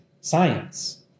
science